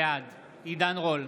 עידן רול,